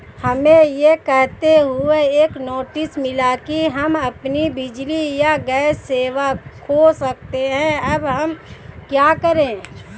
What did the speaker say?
हमें यह कहते हुए एक नोटिस मिला कि हम अपनी बिजली या गैस सेवा खो सकते हैं अब हम क्या करें?